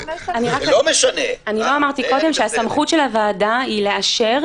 --- אני לא אמרתי קודם שהסמכות של הוועדה היא לאשר,